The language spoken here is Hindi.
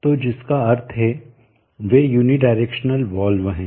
तो जिसका अर्थ है वे यूनिडायरेक्शनल एक दिशा वाले वाल्व हैं